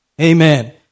Amen